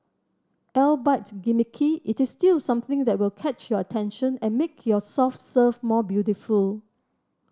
albeit gimmicky it is still something that will catch your attention and make your soft serve more beautiful